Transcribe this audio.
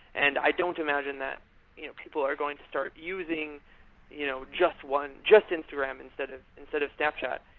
and i don't imagine that you know people are going to start using you know just one, just instagram instead of instead of snapchat.